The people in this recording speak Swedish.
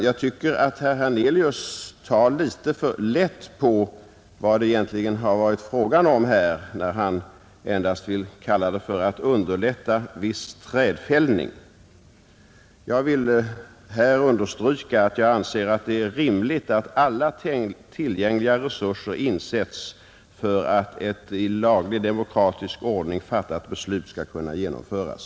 Jag tycker att herr Hernelius tar litet för lätt på vad det egentligen har varit fråga om här, när han endast vill kalla det att underlätta viss trädfällning. Jag vill understryka att jag anser det rimligt att alla tillgängliga resurser insätts för att ett i demokratisk ordning fattat lagligt beslut skall kunna genomföras.